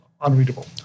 unreadable